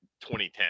2010